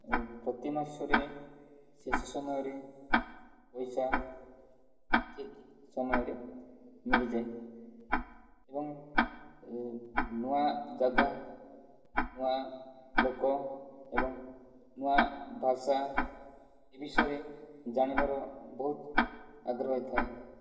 ପ୍ରତିମାସରେ ଶେଷ ସମୟରେ ପଇସା ଠିକ ସମୟରେ ମିଳିଯାଏ ଏବଂ ନୁଆ ଜାଗା ନୁଆ ଲୋକ ଏବଂ ନୁଆ ଭାଷା ଏ ବିଷୟରେ ଜାଣିବାର ବହୁତ ଆଗ୍ରହ ଥାଏ